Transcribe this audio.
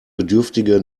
bedürftige